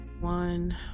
One